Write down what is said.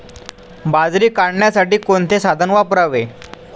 बाजरी काढण्यासाठी कोणते साधन वापरावे?